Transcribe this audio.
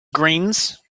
greens